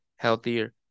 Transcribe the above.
healthier